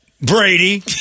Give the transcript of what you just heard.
Brady